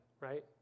right